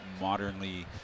modernly